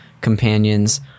companions